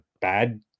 bad